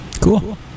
cool